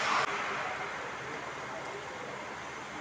ಬೇರು ಕಾಯಿಪಲ್ಯ ಆರೋಗ್ಯಕ್ಕೆ ಬಹಳ ಉತ್ತಮ